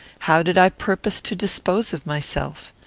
how did i purpose to dispose of myself?